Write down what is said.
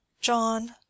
John